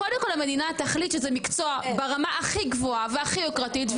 קודם כל המדינה תחליט שזה מקצוע ברמה הכי גבוהה והכי יוקרתית,